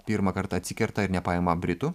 pirmą kartą atsikerta ir nepaima britų